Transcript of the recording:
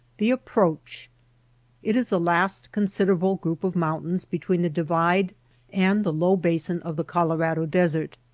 the approach it is the last considerable group of mountains between the divide and the low basin of the colorado desert.